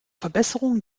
verbesserung